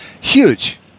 huge